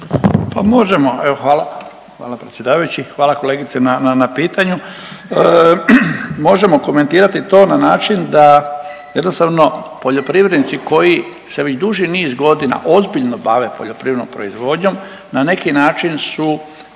Pa možemo, evo hvala. Hvala predsjedavajući, hvala kolegice na pitanju. Možemo komentirati to na način da jednostavno poljoprivrednici koji se već duži niz godina ozbiljno bave poljoprivrednom proizvodnjom, na neki način su